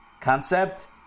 concept